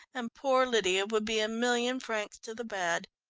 and poor lydia would be a million francs to the bad.